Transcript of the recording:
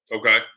Okay